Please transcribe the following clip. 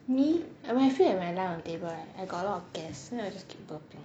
me when I feel like when I lie on table right I got a lot of gas so I just keep burping